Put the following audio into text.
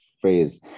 phrase